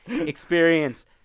experience